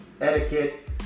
etiquette